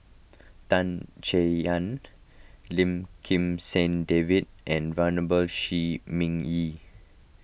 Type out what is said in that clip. Tan Chay Yan Lim Kim San David and Venerable Shi Ming Yi